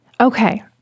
Okay